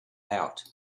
out